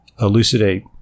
elucidate